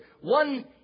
one